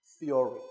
theory